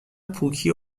پوکی